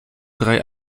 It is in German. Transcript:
drei